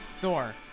Thor